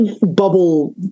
bubble